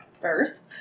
first